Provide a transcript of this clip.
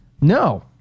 No